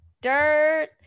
dirt